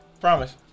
Promise